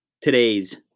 today's